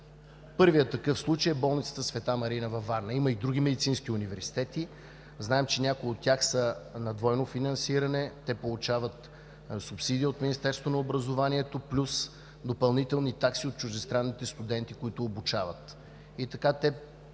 Първият такъв случай е болницата „Света Марина“ във Варна. Има и други медицински университети. Знаем, че някои от тях са на двойно финансиране – получават субсидия от Министерството на образованието плюс допълнителни такси от чуждестранните студенти, които обучават.